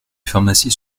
pharmacies